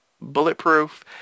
bulletproof